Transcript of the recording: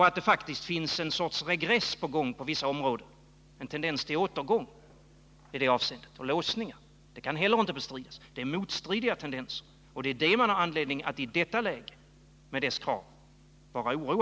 Att det faktiskt finns en sorts regress på vissa områden, en tendens till återgång och låsning, kan inte heller bestridas. Det förekommer alltså motstridiga tendenser. Det är något som man har anledning att vara oroad för.